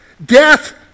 Death